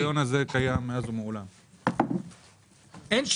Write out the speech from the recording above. הקריטריון הזה קיים מאז ומעולם.